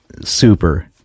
super